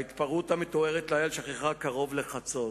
ההתפרעות המתוארת לעיל שככה קרוב לחצות.